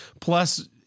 plus